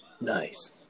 Nice